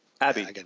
Abby